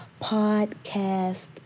podcast